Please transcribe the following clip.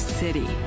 city